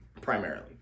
primarily